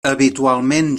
habitualment